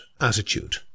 attitude